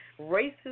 racist